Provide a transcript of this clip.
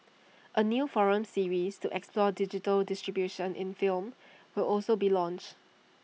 A new forum series to explore digital distribution in film will also be launched